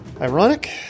Ironic